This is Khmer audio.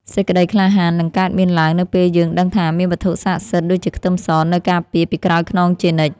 សេចក្តីក្លាហាននឹងកើតមានឡើងនៅពេលយើងដឹងថាមានវត្ថុស័ក្តិសិទ្ធិដូចជាខ្ទឹមសនៅការពារពីក្រោយខ្នងជានិច្ច។